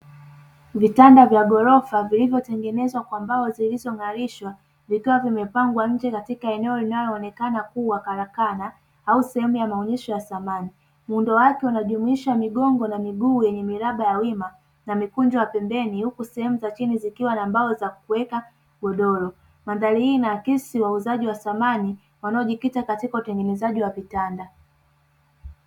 Vitanda vya ghorofa vilivotengenezwa kwa mbao zilizong’arishwa, vikiwa vimepangwa nje katika eneo linaloonekana kuwa karakana. Au sehemu ya maonesho ya samani, muundo wake unajumuisha migongo na miguu yenye milango ya wima na imekunjwa pembeni huku sehemu za chini zikiwa na mbao za kuweka godoro. Mandhari inaakisi wauzaji wa samani wanaojikita katika utengenezaji wa vitanda.